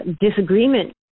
disagreement